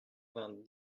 vingt